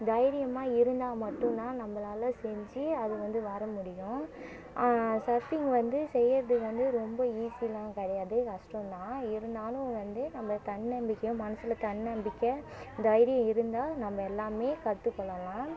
தைரியமாக இருந்தால் மட்டும் தான் நம்மளால செஞ்சு அது வந்து வர முடியும் சர்ஃபிங் வந்து செய்கிறது வந்து ரொம்ப ஈஸிலான் கிடையாது கஷ்டம் தான் இருந்தாலும் வந்து நம்ம தன்னம்பிக்கையும் மனசில் தன்னம்பிக்கை தைரியம் இருந்தால் நம்ம எல்லாமே கற்றுக்கொள்ளலாம்